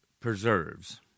preserves